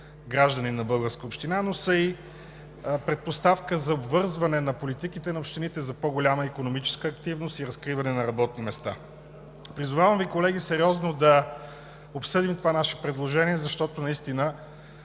на българска община, но са и предпоставка за обвързване на политиките на общините за по-голяма икономическа активност и разкриване на работни места. Призовавам Ви, колеги, сериозно да обсъдим това наше предложение, защото в